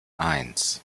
eins